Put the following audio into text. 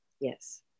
yes